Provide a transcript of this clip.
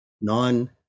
non